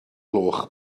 gloch